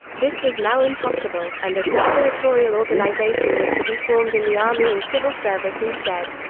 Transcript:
this was now impossible, and a conspiratorial organisation was to be formed in the army and civil service instead.